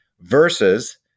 versus